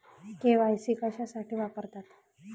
KYC कशासाठी वापरतात?